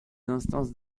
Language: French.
instances